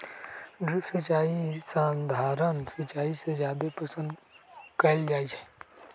drip सिंचाई सधारण सिंचाई से जादे पसंद कएल जाई छई